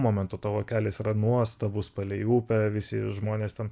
momento tavo kelias yra nuostabus palei upę visi žmonės ten